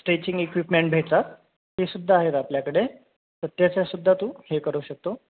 stretching equipment भेटतात ते सुद्धा आहेत आपल्याकडे तर त्याचासुद्धा तू हे करू शकतो